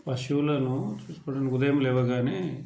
పశువులను ఇప్పుడు ఉదయం లేవగానే